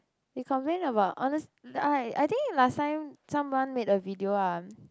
we complain about honest I I think last time some one made a video ah